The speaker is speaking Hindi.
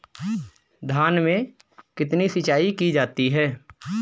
धान में कितनी सिंचाई की जाती है?